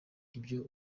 ibyo